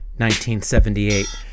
1978